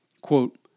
Quote